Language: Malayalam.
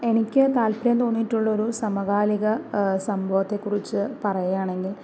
എനിക്ക് താൽപ്പര്യം തോന്നിയിട്ടുള്ള ഒരു സമകാലിക സംഭവത്തെക്കുറിച്ച് പറയുകയാണെങ്കിൽ